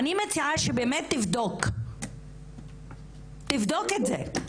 אני מציעה שבאמת תבדוק את זה.